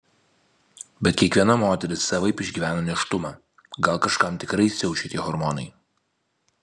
bet kiekviena moteris savaip išgyvena nėštumą gal kažkam tikrai siaučia tie hormonai